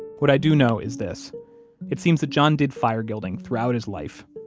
what i do know is this it seems that john did fire guilding throughout his life.